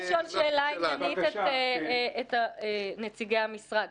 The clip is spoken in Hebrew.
אני רוצה לשאול שאלה עניינית את נציגי המשרד.